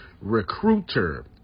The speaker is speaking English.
recruiter